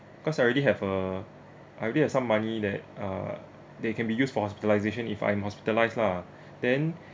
cause I already have ah I already have some money that uh that can be used for hospitalization if I'm hospitalized lah then